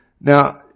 Now